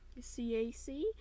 CAC